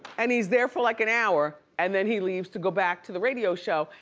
and he's there for like an hour and then he leaves to go back to the radio show.